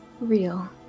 real